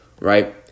right